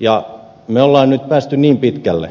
ja me olemme nyt päässeet niin pitkälle